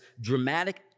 dramatic